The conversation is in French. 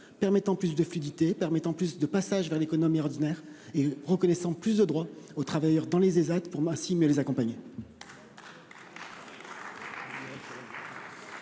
permettant plus de fluidité et de passage vers l'économie ordinaire et reconnaissant plus de droits aux travailleurs dans les Ésat pour ainsi mieux les accompagner.